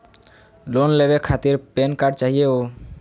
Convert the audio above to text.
Loan लेवे खातीर PAN card चाहियो?